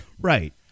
Right